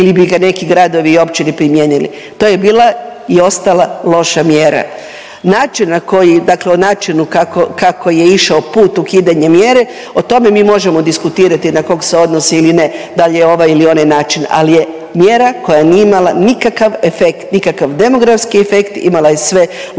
ili bi ga neki gradovi i općine primijenili. To je bila i ostala loša mjera. Način na koji, dakle, o načinu kako je išao put ukidanja mjere o tome mi možemo diskutirati na kog se odnosi ili ne, da li je ovaj ili onaj način, ali je mjera koja nije imala nikakav efekt, nikakav demografski efekt, imala je sve loše